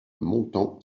montant